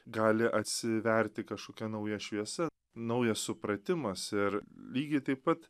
gali atsiverti kašokia nauja šviesa naujas supratimas ir lygiai taip pat